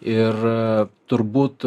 ir turbūt